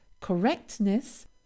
correctness